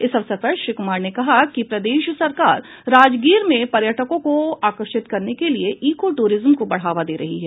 इस अवसर पर श्री कुमार ने कहा कि प्रदेश सरकार राजगीर में पर्यटकों को आकर्षित करने के लिए ईको टूरिज्म को बढ़ावा दे रही है